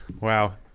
Wow